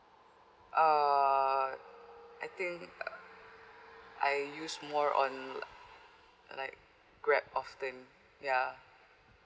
uh I think uh I used to more on like Grab often ya